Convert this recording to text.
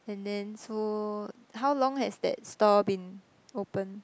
and then so how long has that store been open